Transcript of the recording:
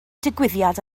digwyddiad